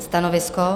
Stanovisko?